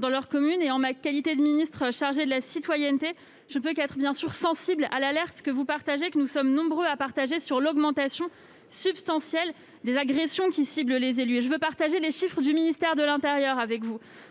sont bénévoles. En ma qualité de ministre chargée de la citoyenneté, je ne peux qu'être sensible à l'alerte que vous lancez, et que nous sommes nombreux à soutenir, sur l'augmentation substantielle des agressions qui ciblent les élus. Selon les chiffres du ministère de l'intérieur,